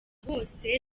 hose